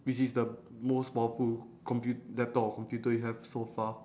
which is the most powerful compu~ laptop or computer you have so far